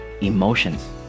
emotions